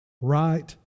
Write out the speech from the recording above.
right